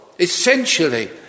Essentially